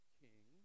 king